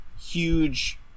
huge